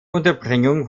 unterbringung